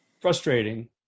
frustrating